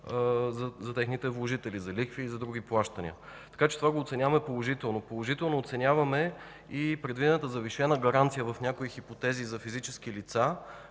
за техните вложители – за лихви и за други плащания. Така че това го оценяваме положително. Положително оценяваме и предвидената завишена гаранция в някои хипотези за физически лица,